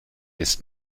ist